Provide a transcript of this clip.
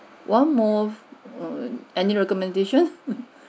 one more err any recommendation